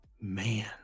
man